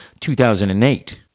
2008